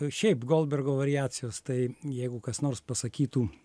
šiaip goldbergo variacijos tai jeigu kas nors pasakytų